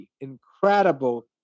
incredible